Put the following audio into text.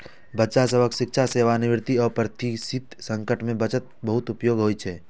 बच्चा सभक शिक्षा, सेवानिवृत्ति, अप्रत्याशित संकट मे बचत बहुत उपयोगी होइ छै